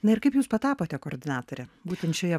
na ir kaip jūs tapote koordinatore būtent šioje